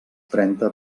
trenta